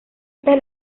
estas